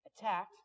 attacked